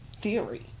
theory